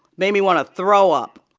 made me want to throw up